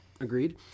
Agreed